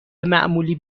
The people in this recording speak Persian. معمولی